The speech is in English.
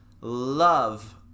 love